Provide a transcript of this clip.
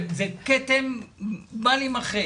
זה כתם בל יימחק.